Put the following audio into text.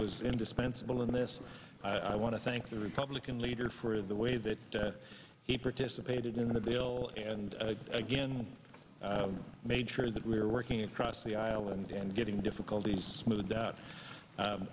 was indispensable in this i want to thank the republican leader for the way that he participated in the bill and again made sure that we are working across the aisle and getting difficulties smoothed out